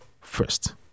first